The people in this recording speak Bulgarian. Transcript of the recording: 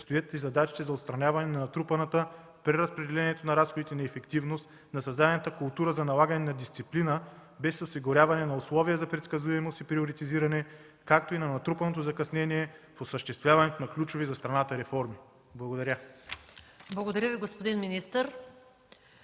стоят и задачите за отстраняване на натрупаната при разпределение на разходите неефективност, на създадената култура за налагане на дисциплина без осигуряване на условия за предсказуемост и приоритизиране, както и на натрупаното закъснение в осъществяването на ключови за страната реформи. Благодаря. ПРЕДСЕДАТЕЛ МАЯ МАНОЛОВА: Благодаря Ви, господин министър.